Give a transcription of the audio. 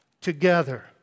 together